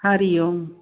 Hari Om